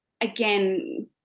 again